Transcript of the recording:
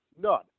None